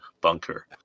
bunker